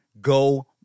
go